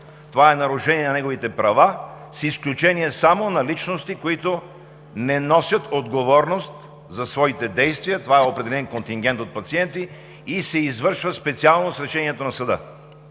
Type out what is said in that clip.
Това е нарушение на неговите права с изключение само на личности, които не носят отговорност за своите действия – това е определен контингент от пациенти, и се извършва специално с решението на съда.